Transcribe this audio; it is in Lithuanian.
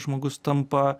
žmogus tampa